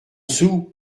sou